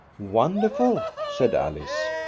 wonderful, said alice.